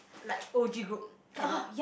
like O_G group cannot